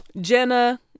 jenna